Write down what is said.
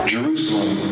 Jerusalem